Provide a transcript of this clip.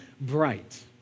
bright